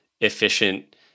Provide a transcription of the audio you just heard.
efficient